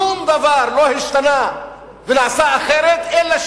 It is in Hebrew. שום דבר לא השתנה ונעשה אחרת, אלא